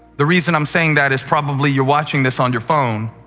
the reason i'm saying that is probably you're watching this on your phone,